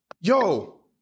Yo